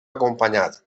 acompanyat